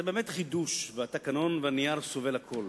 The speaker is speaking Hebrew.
זה באמת חידוש, והתקנון והנייר סובלים הכול.